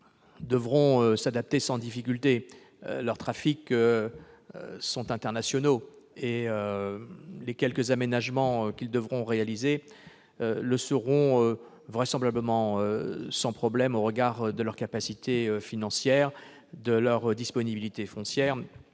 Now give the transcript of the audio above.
s'adapteront sans difficulté : leurs trafics sont internationaux et les quelques aménagements qu'ils devront réaliser se feront vraisemblablement sans qu'il y ait de problème au regard de leur capacité financière, de leur disponibilité foncière